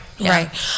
right